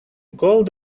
gold